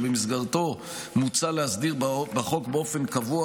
ובמסגרתו מוצע להסדיר בחוק באופן קבוע,